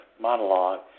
monologue